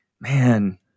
man